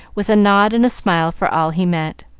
with a nod and smile for all he met,